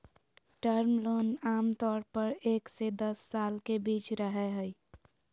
term loan आमतौर पर एक से दस साल के बीच रहय हइ